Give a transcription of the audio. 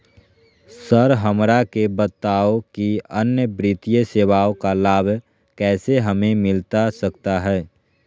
Sir हमरा के बताओ कि अन्य वित्तीय सेवाओं का लाभ कैसे हमें मिलता सकता है?